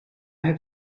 have